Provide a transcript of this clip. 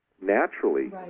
naturally